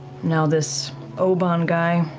now this obann guy,